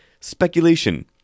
speculation